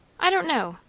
i don't know!